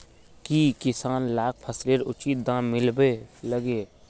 की किसान लाक फसलेर उचित दाम मिलबे लगे?